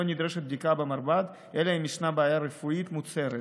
לא נדרשת בדיקה במרב"ד אלא אם כן ישנה בעיה רפואית מוצהרת,